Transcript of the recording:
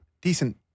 Decent